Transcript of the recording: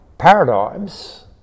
paradigms